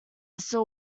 saw